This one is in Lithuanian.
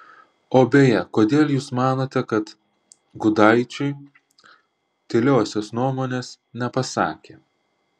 o beje kodėl jūs manote kad gudaičiui tyliosios nuomonės nepasakė